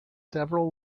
several